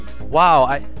wow